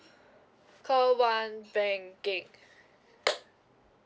call one banking